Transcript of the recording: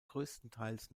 größtenteils